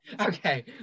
okay